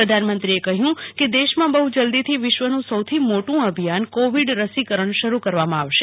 પ્રધાનમંત્રીએ કહ્યું દેશમાં બહુ જલ્દીથી વિશ્વનું સૌથી મોટું અભિયાન કોવિડ રસીકરણ શરૂ કરવામાં આવશે